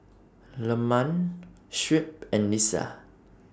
Leman Shuib and Lisa